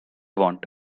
want